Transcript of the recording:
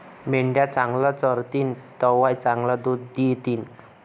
मेंढ्या चांगलं चरतीन तवय चांगलं दूध दितीन